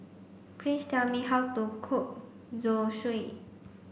please tell me how to cook Zosui